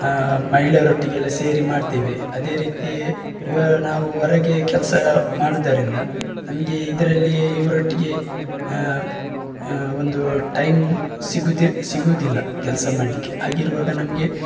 ಮಹಿಳೆಯರೊಟ್ಟಿಗೆಲ್ಲ ಸೇರಿ ಮಾಡ್ತೇವೆ ಅದೇ ರೀತಿ ಇವಾ ನಾವು ಹೊರಗೆ ಕೆಲಸ ಮಾಡುವುದರಿಂದ ನಮಗೆ ಇದರಲ್ಲಿ ಇವರೊಟ್ಟಿಗೆ ಒಂದು ಟೈಮ್ ಸಿಗೋದೆ ಸಿಗುವುದಿಲ್ಲ ಕೆಲಸ ಮಾಡಲಿಕ್ಕೆ ಹಾಗಿರುವಾಗ ನಮಗೆ